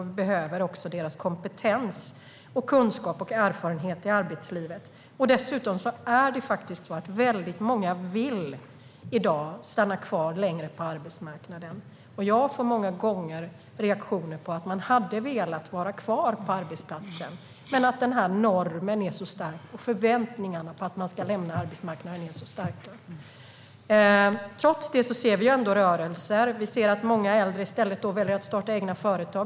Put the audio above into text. Vi behöver deras kompetens, kunskap och erfarenhet i arbetslivet. Dessutom vill väldigt många i dag stanna kvar längre på arbetsmarknaden. Jag får många gånger höra att människor hade velat vara kvar på arbetsplatsen, men att denna norm är så stark och att förväntningarna på att man ska lämna arbetsmarknaden är så stora. Trots detta ser vi rörelser. Vi ser att många äldre då i stället väljer att starta egna företag.